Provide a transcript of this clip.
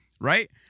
right